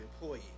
employee